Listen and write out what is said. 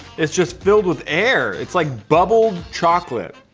it's just filled with air. it's like bubble chocolate.